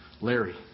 Larry